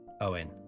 Owen